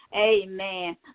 Amen